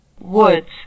Woods